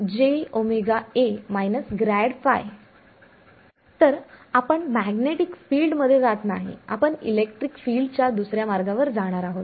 तर आपण मॅग्नेटिक फिल्डमध्ये जात नाही आपण इलेक्ट्रिक फिल्डच्या दुसर्या मार्गावर जाणार आहोत